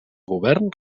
govern